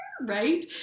right